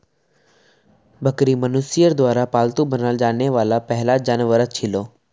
बकरी मनुष्यर द्वारा पालतू बनाल जाने वाला पहला जानवरतत छिलो